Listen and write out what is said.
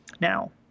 Now